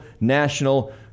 national